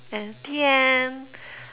and the end